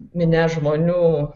minia žmonių